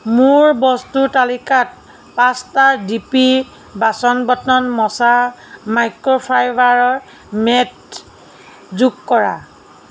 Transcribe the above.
মোৰ বস্তুৰ তালিকাত পাঁচটা ডিপি বাচন বৰ্তন মচা মাইক্ৰ'ফাইবাৰৰ মেট যোগ কৰা